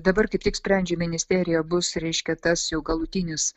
dabar kaip tik sprendžia ministerija bus reiškia tas jau galutinis